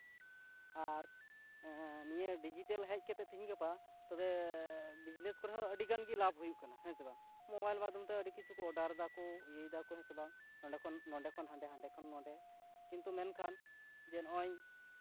ᱟᱨ ᱱᱤᱭᱟᱹ ᱰᱤᱡᱤᱴᱮᱞ ᱦᱮᱡ ᱠᱟᱛᱮᱫ ᱛᱤᱦᱤᱧ ᱜᱟᱯᱟ ᱛᱚᱵᱮ ᱵᱤᱡᱽᱱᱮᱥ ᱠᱚᱨᱮ ᱦᱚᱸ ᱟᱹᱰᱤᱜᱟᱱ ᱜᱮ ᱞᱟᱵᱷ ᱦᱩᱭᱩᱜ ᱠᱟᱱᱟ ᱦᱮᱸ ᱥᱮ ᱵᱟᱝ ᱢᱳᱵᱟᱭᱤᱞ ᱢᱟᱫᱽᱫᱷᱚᱢ ᱛᱮ ᱟᱹᱰᱤ ᱠᱤᱪᱷᱩ ᱠᱚ ᱚᱰᱟᱨ ᱫᱟᱠᱚ ᱤᱭᱟᱹᱭ ᱫᱟᱠᱚ ᱦᱮᱸ ᱥᱮ ᱵᱟᱝ ᱱᱚᱰᱮ ᱠᱷᱚᱱ ᱱᱚᱰᱮ ᱠᱷᱚᱱ ᱦᱟᱸᱰᱮ ᱦᱟᱸᱰᱮ ᱠᱷᱚᱱ ᱱᱚᱰᱮ ᱠᱤᱱᱛᱩ ᱢᱮᱱᱠᱷᱟᱱ ᱡᱮ ᱱᱚᱜᱼᱚᱭ